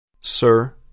Sir